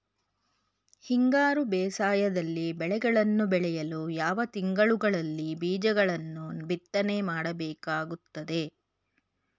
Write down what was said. ಹಿಂಗಾರು ಬೇಸಾಯದಲ್ಲಿ ಬೆಳೆಗಳನ್ನು ಬೆಳೆಯಲು ಯಾವ ತಿಂಗಳುಗಳಲ್ಲಿ ಬೀಜಗಳನ್ನು ಬಿತ್ತನೆ ಮಾಡಬೇಕಾಗುತ್ತದೆ?